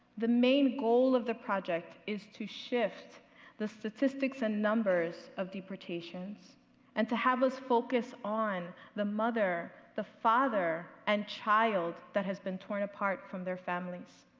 the main goal of the project is to shift the statistics and numbers of deportations and to have us focus on the mother, the father, and child that has been torn apart from their families.